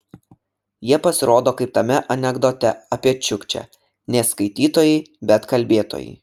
jie pasirodo kaip tame anekdote apie čiukčę ne skaitytojai bet kalbėtojai